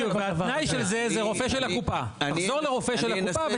והתנאי של זה, זה רופא של הקופה.